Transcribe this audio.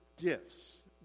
gifts